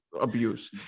abuse